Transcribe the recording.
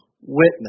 witness